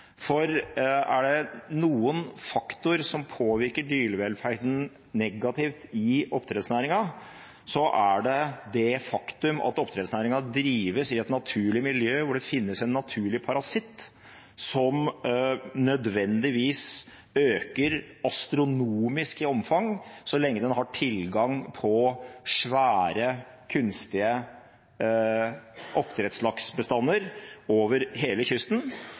for er det en faktor som påvirker dyrevelferden negativt i oppdrettsnæringen, er det det faktum at oppdrettsnæringen drives i et naturlig miljø hvor det finnes en naturlig parasitt som nødvendigvis øker astronomisk i omfang så lenge den har tilgang på svære, kunstige oppdrettslaksebestander over hele kysten,